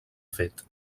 fet